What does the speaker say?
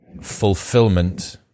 fulfillment